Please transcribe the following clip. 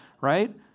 right